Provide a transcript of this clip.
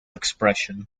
expression